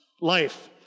life